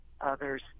others